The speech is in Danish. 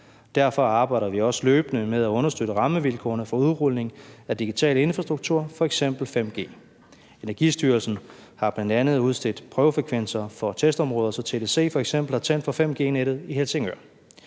Derfor arbejder vi også løbende med at understøtte rammevilkårene for udrulning af digital infrastruktur, f.eks. 5G. Energistyrelsen har bl.a. udstedt prøvefrekvenser for testområder, så TDC f.eks. har tændt for 5G-nettet i Helsingør.